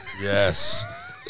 Yes